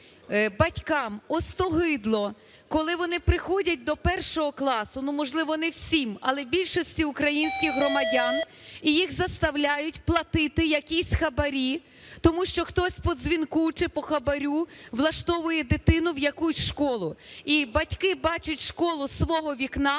батькам остогидло, коли вони приходять до 1 класу, можливо, не всім, але більшості українських громадян, і їх заставляють платити якісь хабарі, тому що хтось по дзвінку чи по хабару влаштовує дитину в якусь школу. І батьки бачать школу зі свого вікна